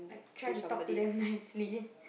try to talk to them nicely